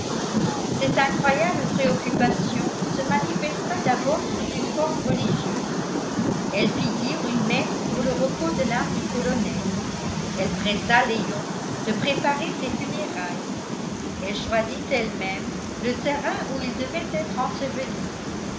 cette incroyable préoccupation se manifesta d'abord sous une forme religieuse elle fit dire une messe pour le repos de l'âme du colonel elle pressa léon de préparer ses funérailles elle choisit elle-même le terrain où il devait être enseveli